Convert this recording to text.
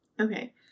Okay